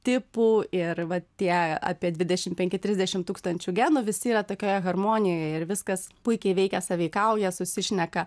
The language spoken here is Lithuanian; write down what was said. tipų ir va tie apie dvidešim penki trisdešim tūkstančių genų visi yra tokioje harmonijoje ir viskas puikiai veikia sąveikauja susišneka